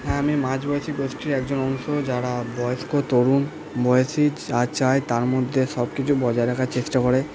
হ্যাঁ আমি মাঝ বয়সী গোষ্ঠীর একজন অংশ যারা বয়স্ক তরুণ বয়সী চায় তার মধ্যে সব কিছু বজায় রাখার চেষ্টা করে